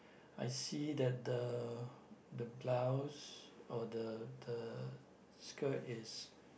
I see that the the blouse or the the skirt is